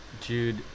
Jude